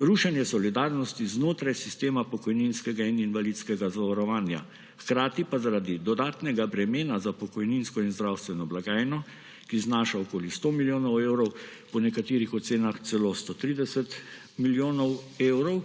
Rušenje solidarnosti znotraj sistema pokojninskega in invalidskega zavarovanja, hkrati pa zaradi dodatnega bremena za pokojninsko in zdravstveno blagajno, ki znaša okoli 100 milijonov evrov, po nekaterih ocenah celo 130 milijonov evrov